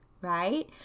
right